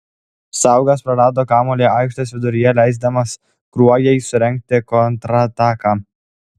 saugas prarado kamuolį aikštės viduryje leisdamas kruojai surengti kontrataką